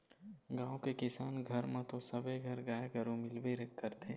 गाँव के किसान घर म तो सबे घर गाय गरु मिलबे करथे